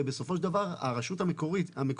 ובסופו של דבר הרשות המקומית,